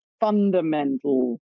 fundamental